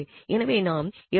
எனவே நாம் என்பதனை பெறுவோம்